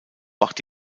wacht